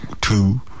two